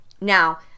Now